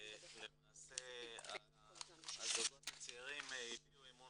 למעשה הזוגות הצעירים הביעו אמון